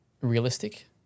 realistic